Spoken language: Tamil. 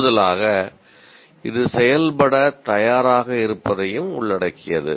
கூடுதலாக இது செயல்பட தயாராக இருப்பதையும் உள்ளடக்கியது